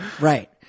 Right